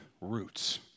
roots